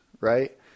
right